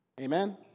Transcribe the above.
Amen